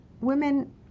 women